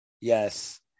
Yes